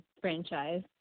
franchise